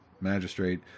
magistrate